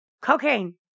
Cocaine